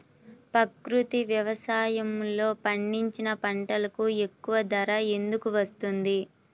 ప్రకృతి వ్యవసాయములో పండించిన పంటలకు ఎక్కువ ధర ఎందుకు వస్తుంది?